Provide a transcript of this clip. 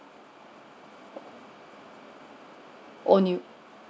only